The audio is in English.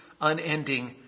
unending